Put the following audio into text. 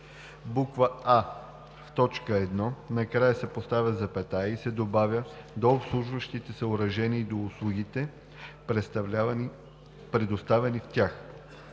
1: а) в т. 1 накрая се поставя запетая и се добавя „до обслужващите съоръжения и до услугите, предоставяни в тях“;